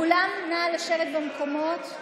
כולם, נא לשבת במקומות.